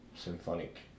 symphonic